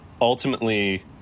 ultimately